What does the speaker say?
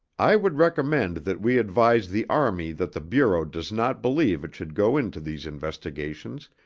i would recommend that we advise the army that the bureau does not believe it should go into these investigations,